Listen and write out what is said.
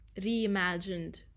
reimagined